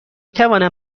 توانم